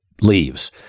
Leaves